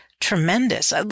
tremendous